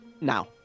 now